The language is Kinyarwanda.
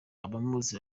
abamuzi